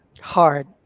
hard